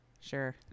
Sure